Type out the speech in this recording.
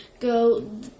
go